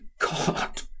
god